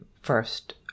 first